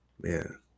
man